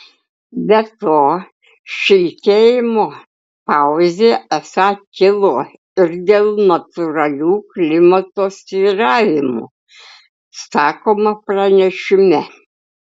be to šiltėjimo pauzė esą kilo ir dėl natūralių klimato svyravimų sakoma pranešime